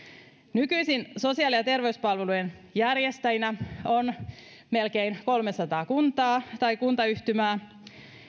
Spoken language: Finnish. nykyisin sosiaali ja terveyspalvelujen järjestäjinä on melkein kolmesataa kuntaa tai kuntayhtymää